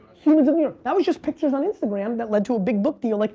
humans of new york! that was just pictures on instagram that led to a big book deal, like,